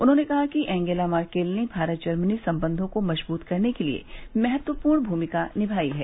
उन्होंने कहा कि एंगेला मर्केल ने भारत जर्मनी संबंधों को मजबूत करने के लिए महत्वपूर्ण भूमिका निभाई है